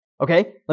Okay